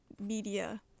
media